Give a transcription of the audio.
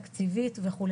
תקציבית וכו'.